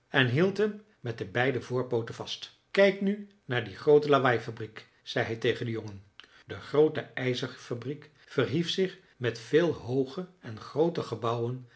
en hield hem met de beide voorpooten vast kijk nu naar die groote lawaaifabriek zei hij tegen den jongen de groote ijzerfabriek verhief zich met veel hooge en groote gebouwen